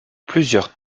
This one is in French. plusieurs